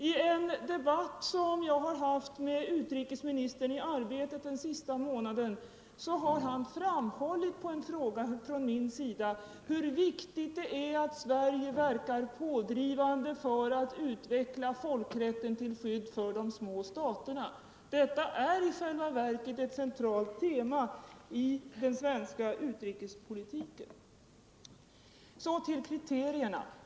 I en debatt som jag har haft med utrikesministern i tidningen Arbetet den sista månaden har han på en fråga från mig framhållit hur viktigt det är att Sverige verkar pådrivande för att utveckla folkrätten till skydd för de små staterna. Detta är i själva verket ett centralt tema i den svenska utrikespolitiken. Så till kriterierna.